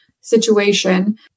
situation